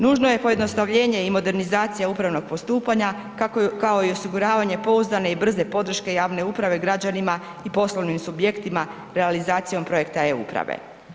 Nužno je pojednostavljenje i modernizacija upravnog postupanja, kao i osiguravanje pouzdane i brze podrške javne uprave građanima i poslovnim subjektima realizacijom projekta e-uprave.